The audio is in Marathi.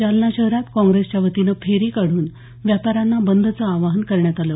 जालना शहरात काँग्रेसच्या वतीने फेरी काढून व्यापाऱ्यांना बंदचं आवाहन करण्यात आलं